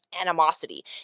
animosity